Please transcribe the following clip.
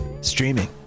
Streaming